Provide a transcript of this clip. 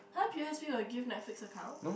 [huh] p_o_s_b will give Netflix account